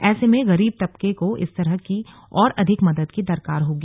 ऐसे में गरीब तबके को इस तरह की और अधिक मदद की दरकार होगी